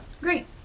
Great